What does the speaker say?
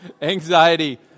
Anxiety